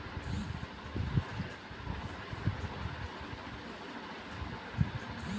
कारखाना के कचरा से भी प्राकृतिक गैस बनेला